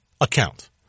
account